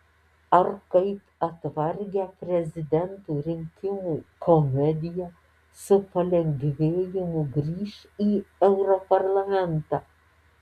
ar kaip atvargę prezidentų rinkimų komediją su palengvėjimu grįš į europarlamentą